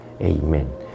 Amen